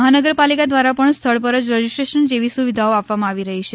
મહાનગરપાલિકા દ્વારા પણ સ્થળ પર જ રજીસ્ટ્રેશન જેવી સુવિધાઓ આપવામાં આવી રહી છે